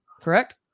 Correct